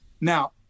now